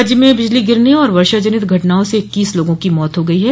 राज्य में बिजली गिरने और वर्षा जनित घटनाओं से इक्कीस लोगों की मौत हो गयी है